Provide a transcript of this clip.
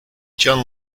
john